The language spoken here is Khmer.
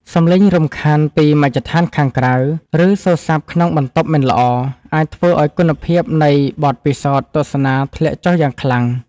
សំឡេងរំខានពីមជ្ឈដ្ឋានខាងក្រៅ ឬសូរស័ព្ទក្នុងបន្ទប់មិនល្អ អាចធ្វើឱ្យគុណភាពនៃបទពិសោធន៍ទស្សនាធ្លាក់ចុះយ៉ាងខ្លាំង។